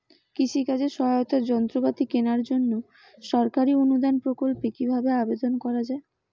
কৃষি কাজে সহায়তার যন্ত্রপাতি কেনার জন্য সরকারি অনুদান প্রকল্পে কীভাবে আবেদন করা য়ায়?